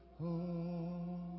home